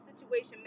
situation